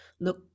look